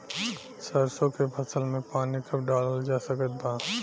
सरसों के फसल में पानी कब डालल जा सकत बा?